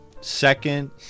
Second